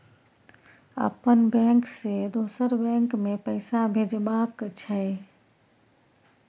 अपन बैंक से दोसर बैंक मे पैसा भेजबाक छै?